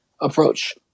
approach